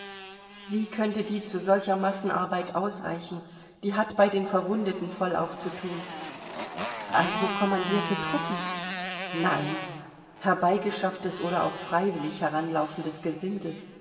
wie könnte die zu solcher massenarbeit ausreichen die hat bei den verwundeten vollauf zu thun also kommandierte truppen nein herbeigeschafftes oder auch freiwillig heranlaufendes gesindel